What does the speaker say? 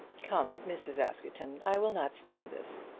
come, mrs. askerton, i will not stand this.